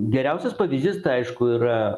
geriausias pavyzdys tai aišku yra